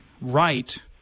right